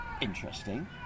interesting